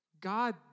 God